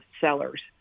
sellers